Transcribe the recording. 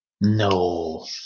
No